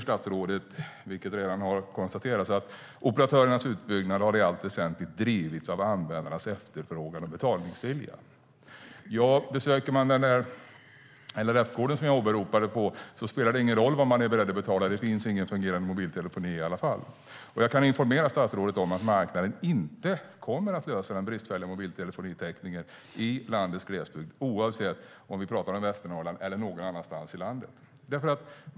Statsrådet sade i sitt svar att "operatörernas utbyggnad har i allt väsentligt drivits av användarnas efterfrågan och betalningsvilja". Om man besöker LRF-gården jag åberopade spelar det ingen roll vad man är beredd att betala - det finns ingen fungerande mobiltelefoni i alla fall. Jag kan informera statsrådet om att marknaden inte kommer att lösa den bristfälliga mobiltelefonitäckningen i landets glesbygd oavsett om vi talar om Västernorrland eller någon annanstans i landet.